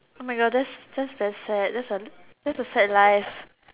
oh my god that's that's very sad that's a that's a sad life